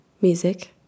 music